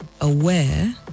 aware